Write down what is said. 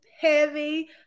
Heavy